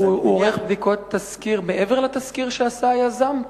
הוא עורך בדיקות תסקיר מעבר לתסקיר שעשה היזם?